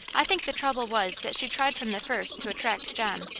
i think the trouble was that she tried from the first to attract john.